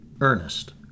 Ernest